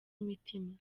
imitima